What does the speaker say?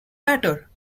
matter